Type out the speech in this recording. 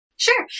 Sure